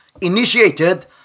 initiated